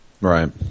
Right